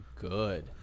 good